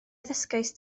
ddysgaist